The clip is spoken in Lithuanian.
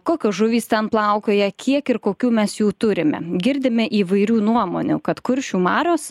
kokios žuvys ten plaukioja kiek ir kokių mes jų turime girdime įvairių nuomonių kad kuršių marios